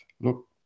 look